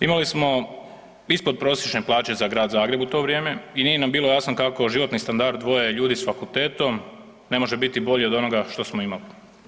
Imali smo ispodprosječne plaće za grad Zagreb u to vrijeme i nije nam bilo jasno kako životni standard dvoje ljudi s fakultetom ne može biti bolji od onoga što smo imali.